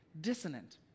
dissonant